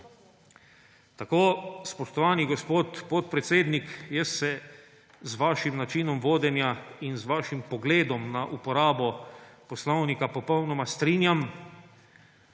Spoštovani gospod podpredsednik, jaz se z vašim načinom vodenja in z vašim pogledom na uporabo poslovnika popolnoma strinjam.